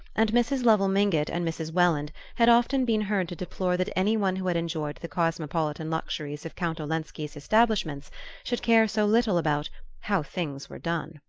and mrs. lovell mingott and mrs. welland had often been heard to deplore that any one who had enjoyed the cosmopolitan luxuries of count olenski's establishments should care so little about how things were done.